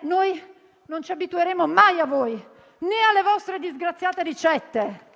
Noi invece non ci abitueremo mai a voi né alle vostre disgraziate ricette,